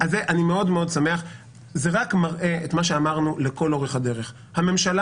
מאוד שמח על כך שזה מראה את מה שאמרנו לאורך כל הדרך: הממשלה